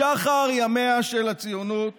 משחר ימיה של הציונות